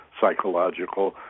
psychological